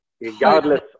regardless